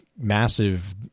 massive